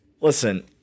listen